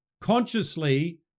consciously